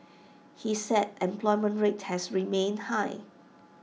he said employment rate has remained high